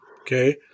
Okay